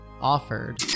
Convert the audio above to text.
offered